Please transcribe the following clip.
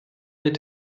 mit